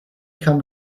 come